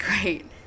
great